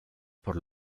por